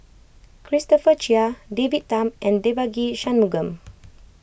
Christopher Chia David Tham and Devagi Sanmugam